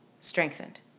strengthened